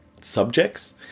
subjects